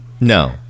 No